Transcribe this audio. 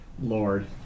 Lord